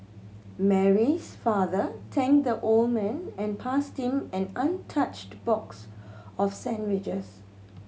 Mary's father thanked the old man and passed him an untouched box of sandwiches